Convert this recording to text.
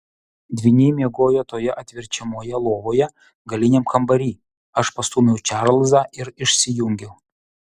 dvyniai miegojo toje atverčiamoje lovoje galiniam kambary aš pastūmiau čarlzą ir išsijungiau